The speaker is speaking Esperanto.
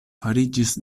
fariĝis